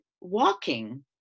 walking